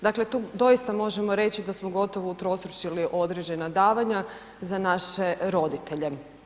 Dakle, tu doista možemo reći da smo gotovo utrostručili određena davanja za naše roditelje.